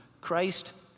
Christ